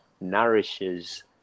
nourishes